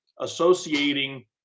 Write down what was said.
associating